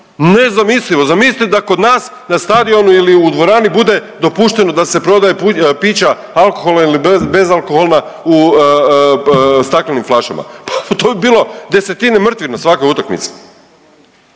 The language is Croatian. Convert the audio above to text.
Nezamislivo, zamislite da kod nas na stadionu ili u dvorani bude dopušteno da se prodaje pića alkoholna ili bezalkoholna u staklenim flašama, pa to bi bilo desetine mrtvih na svakoj utakmici.